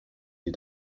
wir